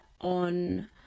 on